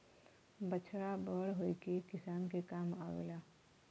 बछड़ा बड़ होई के किसान के काम आवेला